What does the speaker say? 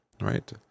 right